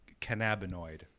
cannabinoid